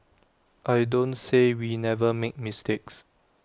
I don't say we never make mistakes